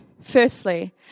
firstly